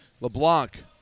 LeBlanc